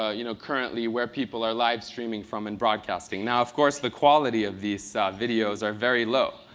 ah you know currently where people are live streaming from and broadcasting. now, of course, the quality of these videos are very low.